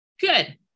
Good